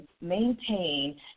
maintain